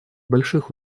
больших